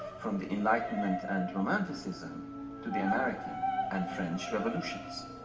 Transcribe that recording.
from the enlightenment and romanticism to the american and french revolutions.